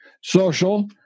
Social